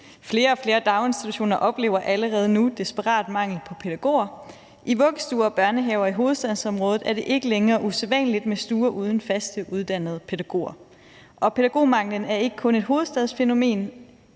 flere og flere daginstitutioner, som allerede nu oplever en desperat mangel på pædagoger, og i vuggestuer og børnehaver i hovedstadsområdet er det ikke længere usædvanligt med stuer uden faste uddannede pædagoger. Pædagogmanglen er ikke kun et hovedstadsfænomen